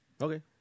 Okay